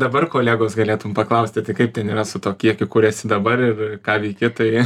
dabar kolegos galėtum paklausti tai kaip ten yra su tuo kiekiu kur esi dabar ir ir ką veiki tai